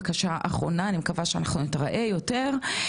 בקשה אחרונה אני מקווה שאנחנו נתראה יותר,